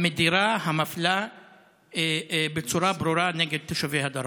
המדירה, המפלה בצורה ברורה נגד תושבי הדרום.